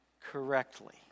correctly